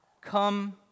come